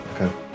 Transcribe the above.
Okay